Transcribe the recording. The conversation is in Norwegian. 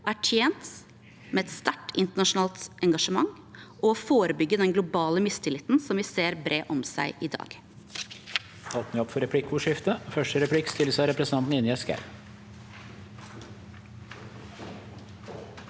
er tjent med et sterkt internasjonalt engasjement og å forebygge den globale mistilliten vi ser bre om seg i dag.